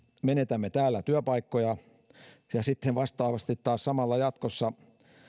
menetämme täällä työpaikkoja ja sitten vastaavasti taas samalla jatkossa